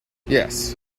yes